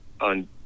on